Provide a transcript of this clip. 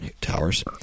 Towers